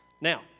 Now